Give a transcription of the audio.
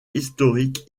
historiques